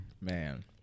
man